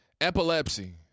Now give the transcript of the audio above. Epilepsy